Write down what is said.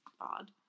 odd